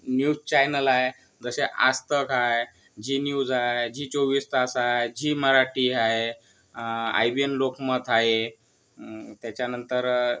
news channel आहे जसे आजतक आहे जी न्यूज आहे जी चोवीस तास आहे जी मराठी आहे आई बी एन लोकमत आहे त्याच्यानंतर